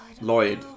Lloyd